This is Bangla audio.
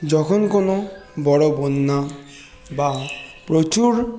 যখন কোনো বড়ো বন্যা বা প্রচুর